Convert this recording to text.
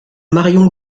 marion